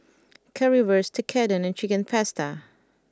Currywurst Tekkadon and Chicken Pasta